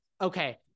Okay